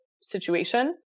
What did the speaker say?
situation